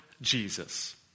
Jesus